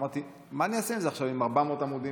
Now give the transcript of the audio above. אמרתי, מה אני אעשה עם זה עכשיו, עם 400 עמודים?